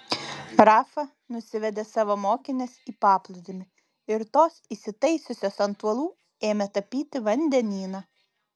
rafa nusivedė savo mokines į paplūdimį ir tos įsitaisiusios ant uolų ėmė tapyti vandenyną